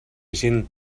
gent